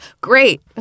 Great